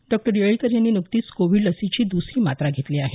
डॉ येळीकर यांनी नुकतीच कोविड लसीची दसरी मात्रा घेतली आहे